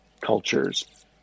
cultures